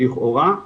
לכאורה,